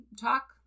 talk